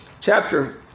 chapter